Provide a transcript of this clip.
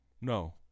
no